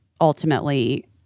ultimately